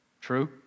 True